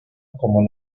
como